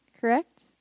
correct